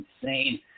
insane